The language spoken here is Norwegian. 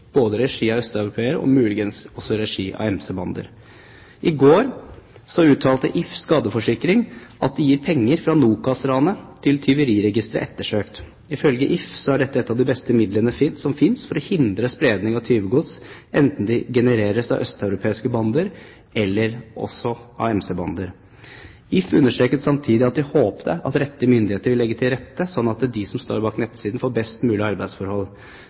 både i regi av øst-europeere og muligens også i regi av MC-bander. I går uttalte If Skadeforsikring at de gir penger fra NOKAS-ranet til tyveriregisteret Ettersøkt. Ifølge If er dette et av de beste midlene som finnes for å hindre spredning av tyvegods, enten de genereres av østeuropeiske bander eller også av MC-bander. If understreket samtidig at de håpet at «rette myndigheter vil legge forholdene til rette slik at de som står bak nettsiden får best mulig arbeidsforhold».